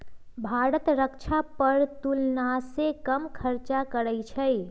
भारत रक्षा पर तुलनासे कम खर्चा करइ छइ